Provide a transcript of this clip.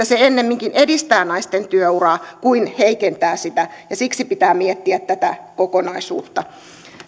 se enemminkin edistää naisten työ uraa kuin heikentää sitä ja siksi pitää miettiä tätä kokonaisuutta